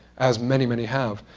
as many, many have,